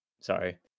Sorry